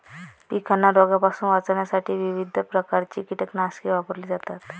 पिकांना रोगांपासून वाचवण्यासाठी विविध प्रकारची कीटकनाशके वापरली जातात